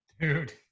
dude